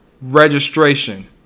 Registration